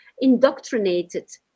indoctrinated